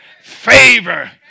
Favor